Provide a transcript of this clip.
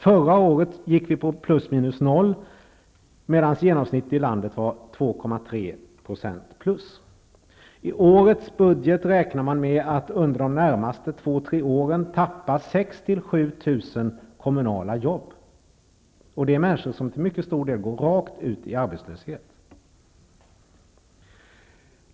Förra året stod vi på plus minus noll medan genomsnittet i landet var +2,3 %. I årets budget räknar man med att under de närmaste två tre åren förlora 6 000--7 000 kommunala jobb. Det är fråga om människor som till mycket stor del går rakt ut i arbetslöshet.